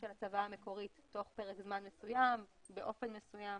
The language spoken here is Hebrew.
של הצוואה המקורית תוך פרק זמן מסוים באופן מסוים.